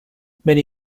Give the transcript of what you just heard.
many